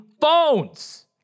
phones